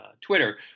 Twitter